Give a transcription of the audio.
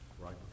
Right